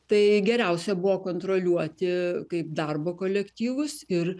tai geriausia buvo kontroliuoti kaip darbo kolektyvus ir